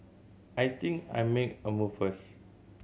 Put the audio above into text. I think I'll make a move